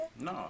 No